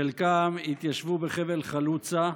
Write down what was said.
חלקם התיישבו בחבל חלוצה.